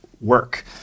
work